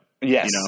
Yes